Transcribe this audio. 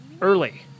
early